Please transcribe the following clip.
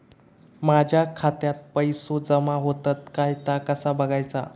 माझ्या खात्यात पैसो जमा होतत काय ता कसा बगायचा?